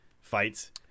fights